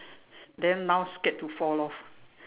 then now scared to fall off